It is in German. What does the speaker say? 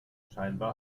scheinbar